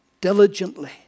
Diligently